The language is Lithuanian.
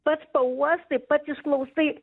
pats pauostai pats išklausai